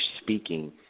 speaking